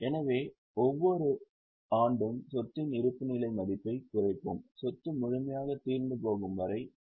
எனவே ஒவ்வொரு ஆண்டும் சொத்தின் இருப்புநிலை மதிப்பைக் குறைப்போம் சொத்து முழுமையாக தீர்ந்துபோகும் வரை நாம் காத்திருக்க மாட்டோம்